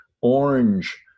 orange